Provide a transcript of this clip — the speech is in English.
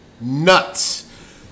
nuts